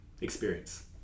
experience